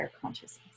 Consciousness